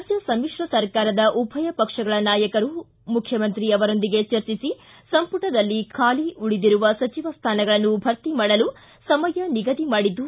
ರಾಜ್ಯ ಸಮಿಶ್ರ ಸರ್ಕಾರದ ಉಭಯ ಪಕ್ಷಗಳ ನಾಯಕರು ಮುಖ್ಯಮಂತ್ರಿ ಅವರೊಂದಿಗೆ ಚರ್ಚಿಸಿ ಸಂಪುಟದಲ್ಲಿ ಖಾಲಿ ಉಳಿದಿರುವ ಸಚಿವ ಸ್ವಾನಗಳನ್ನು ಭರ್ತಿ ಮಾಡಲು ಸಮಯ ನಿಗದಿ ಮಾಡಿದ್ದು